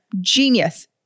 Genius